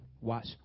watch